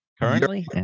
currently